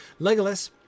Legolas